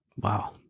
Wow